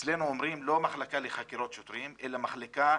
אצלנו אומרים לא מחלקה לחקירות שוטרים, אלא מחלקה